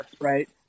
Right